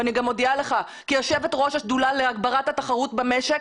ואני גם מודיעה לך כיושבת-ראש השדולה להגברת התחרות במשק,